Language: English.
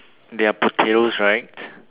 they are potatoes right